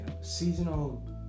seasonal